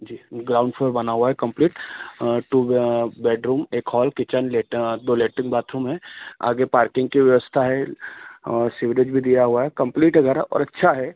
जी ground floor बना हुआ है कंप्लीट टू बेडरूम एक हॉल किचेन दो लेट्रिन बाथरूम है आगे पार्किंग की व्यवस्था है और सिवरेज भी दिया हुआ है कम्प्लीट घर है और अच्छा है